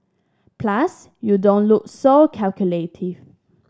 plus you don't look so calculative